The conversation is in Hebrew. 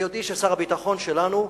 ביודעי ששר הביטחון שלנו,